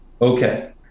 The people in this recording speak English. okay